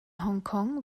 hongkong